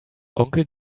onkel